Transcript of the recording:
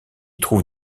trouve